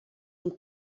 amb